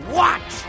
watch